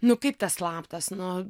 nu kaip tas slaptas nu